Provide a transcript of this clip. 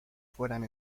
fueran